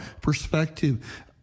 perspective